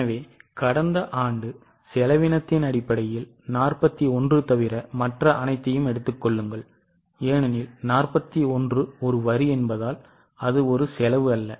எனவே கடந்த ஆண்டு செலவினத்தின் அடிப்படையில் 41 தவிர மற்ற அனைத்தையும் எடுத்துக் கொள்ளுங்கள் ஏனெனில் 41 ஒரு வரி என்பதால் அது ஒரு செலவு அல்ல